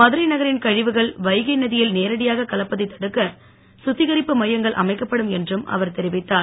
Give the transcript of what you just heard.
மதுரை நகரின் கழிவுகள் வைகை நதியில் நேரடியாக கலப்பதை தடுக்க கத்திகரிப்பு மையங்கள் அமைக்கப்படும் என்றும் அவர் தெரிவித்தார்